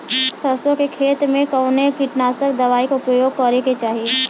सरसों के खेत में कवने कीटनाशक दवाई क उपयोग करे के चाही?